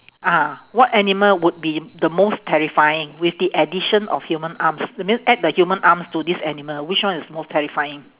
ah what animal would be the most terrifying with the addition of human arms that mean add the human arms to this animal which one is most terrifying